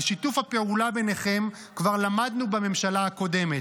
על שיתוף הפעולה ביניכם כבר למדנו בממשלה הקודמת: